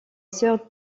sœur